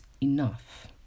enough